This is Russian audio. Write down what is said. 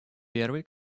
первый